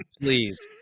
please